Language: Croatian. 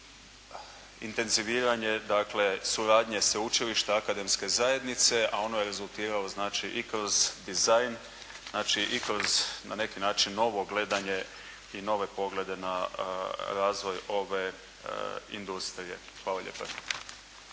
intenziviranje, dakle suradnje sveučilišta akademske zajednice, a ono je rezultiralo znači i kroz dizajn, znači i kroz na neki način novo gledanje i nove poglede na razvoj ove industrije. Hvala lijepa.